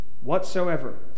whatsoever